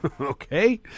Okay